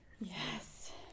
yes